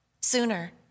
sooner